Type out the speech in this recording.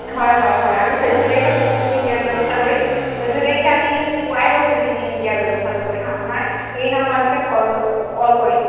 হয় হয় আমি চৈধ্য তাৰিখে বস্তুখিনি দিয়াৰ ব্যৱস্থা কৰিম চৈধ্য তাৰিখে আমি পুৱাই বস্তুখিনি দিয়াৰ ব্যৱস্থা কৰিম আপোনাৰ এই নাম্বাৰটোতে কল কৰিম